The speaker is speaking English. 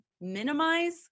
minimize